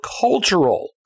cultural